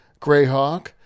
Greyhawk